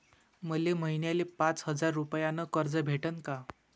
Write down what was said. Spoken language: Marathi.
मले महिन्याले पाच हजार रुपयानं कर्ज भेटन का?